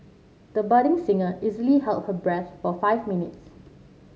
the budding singer easily held her breath for five minutes